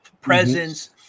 presence